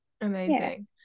Amazing